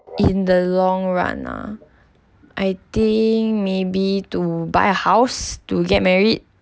in the long run uh I think maybe to buy house to get married